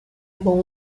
bom